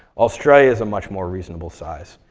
australia is a much more reasonable size.